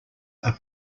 are